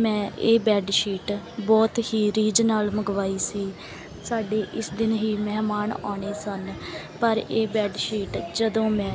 ਮੈਂ ਇਹ ਬੈਡਸ਼ੀਟ ਬਹੁਤ ਹੀ ਰੀਝ ਨਾਲ ਮੰਗਵਾਈ ਸੀ ਸਾਡੇ ਇਸ ਦਿਨ ਹੀ ਮਹਿਮਾਨ ਆਉਣੇ ਸਨ ਪਰ ਇਹ ਬੈਡਸ਼ੀਟ ਜਦੋਂ ਮੈਂ